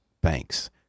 banks